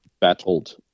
battled